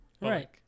Right